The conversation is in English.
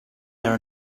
there